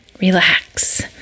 Relax